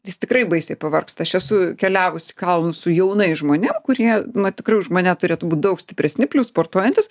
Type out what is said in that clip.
jis tikrai baisiai pavargsta aš esu keliavus į kalnus su jaunais žmonėm kurie na tikrai už mane turėtų būt daug stipresni plius sportuojantys